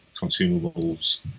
consumables